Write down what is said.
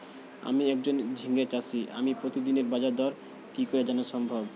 আমি একজন ঝিঙে চাষী আমি প্রতিদিনের বাজারদর কি করে জানা সম্ভব?